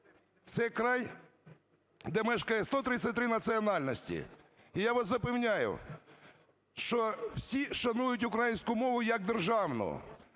Це край, де мешкає 133 національностей, і я вас запевню, що всі шанують українську мову як державну.